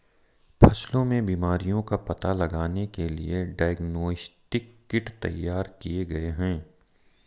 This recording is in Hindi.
फसलों में बीमारियों का पता लगाने के लिए डायग्नोस्टिक किट तैयार किए गए हैं